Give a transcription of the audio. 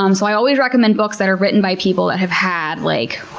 um so i always recommend books that are written by people that have had like,